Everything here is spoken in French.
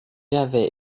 avait